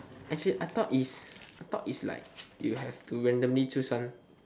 actually I though is I thought is like you have to randomly choose one